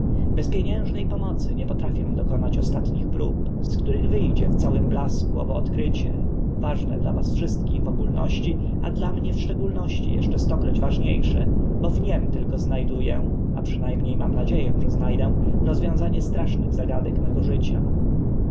bez pieniężne pomocy nie potrafię dokonać ostatnich prób z których wy dzie w całym blasku owo odkrycie ważne dla was wszystkich w ogólności a dla mnie w szczególności eszcze stokroć ważnie sze bo w nim tylko zna dę a przyna mnie mam nadzie ę że zna dę rozwiązanie strasznych zagadek mego życia